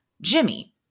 Jimmy